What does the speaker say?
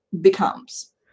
becomes